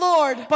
Lord